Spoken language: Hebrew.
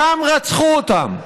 שם רצחו אותם.